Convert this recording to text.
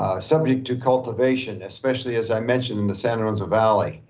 subject to cultivation, especially, as i mentioned in the santa rosa valley,